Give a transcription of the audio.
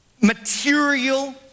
material